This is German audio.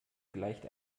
gleicht